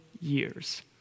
years